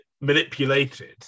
manipulated